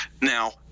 now